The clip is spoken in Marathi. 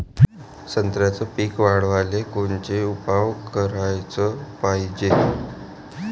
संत्र्याचं पीक वाढवाले कोनचे उपाव कराच पायजे?